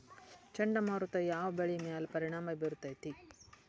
ಚಂಡಮಾರುತ ಯಾವ್ ಬೆಳಿ ಮ್ಯಾಲ್ ಪರಿಣಾಮ ಬಿರತೇತಿ?